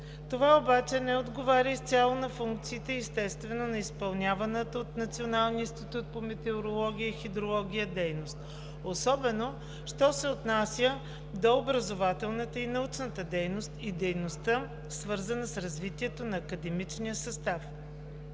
Това обаче не отговаря изцяло на функциите и, естествено, на изпълняваната от Националния институт по метеорология и хидрология дейност, особено що се отнася до образователната и научната дейност и дейността, свързана с развитието на академичния състав,